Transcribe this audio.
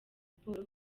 siporo